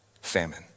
Famine